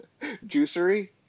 juicery